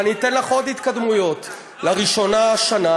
ואני אתן לך עוד התקדמויות: לראשונה השנה,